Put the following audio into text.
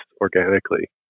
organically